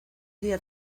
día